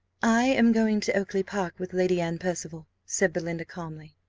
i am going to oakly-park with lady anne percival, said belinda, calmly.